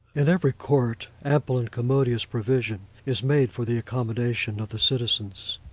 in every court, ample and commodious provision is made for the accommodation of the citizens.